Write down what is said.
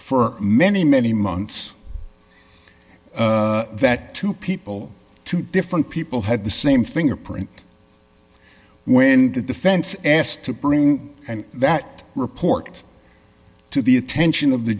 for many many months that two people two different people had the same thing or print when the defense asked to bring and that report to the attention of the